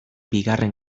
bigarren